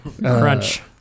Crunch